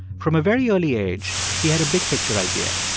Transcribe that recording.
from a very early age, he had a big-picture idea.